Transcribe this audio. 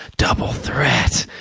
double threat.